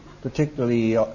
particularly